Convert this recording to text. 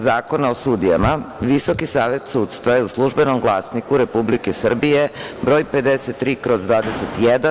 Zakona o sudijama, Visoki savet sudstva je u „Službenom glasniku Republike Srbije“ br. 53/